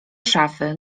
szafy